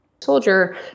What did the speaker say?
soldier